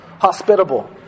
Hospitable